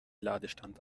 ladestand